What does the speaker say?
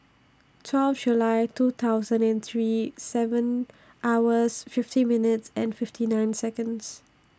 twelve July two thousand and three seven hours fifty minutes fifty nine Seconds